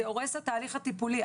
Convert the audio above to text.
זה הורס את התהליך הטיפולי,